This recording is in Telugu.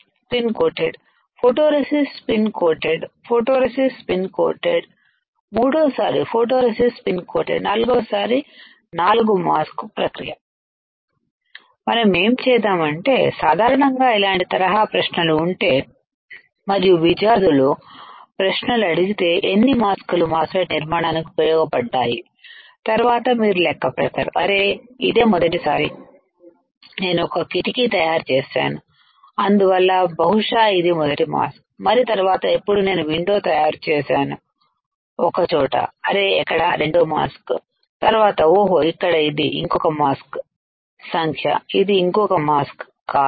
spin coated photoresist spin coated photoresist spin coated మూడవసారిఫోటో రెసిస్ట్ స్పిన్ కోటెడ్ నాలుగవ సారి 4 మాస్క్ ప్రక్రియ మనం ఏం చేద్దాం అంటే సాధారణంగా ఇలాంటి తరహా ప్రశ్నలు ఉంటే మరియు విద్యార్థులు ప్రశ్నలు అడిగితే ఎన్ని మాస్కులు మాస్ ఫెట్ట్నిర్మాణానికిఉపయోగపడ్డాయి తర్వాత మీరు లెక్క పెడతారు అరె ఇదే మొదటిసారి నేను ఒక కిటికీ తయారు చేశాను అందువల్ల బహుశా ఇది మొదటి మాస్క్ మరి తరువాత ఎప్పుడు నేను విండో తయారు చేశాను ఒక చోట అరె ఎక్కడ రెండో మాస్క్ తర్వాత ఓహో ఇక్కడ ఇది ఇంకొక మాస్క్ సంఖ్య ఇది ఇంకొక మాస్క్ కాదు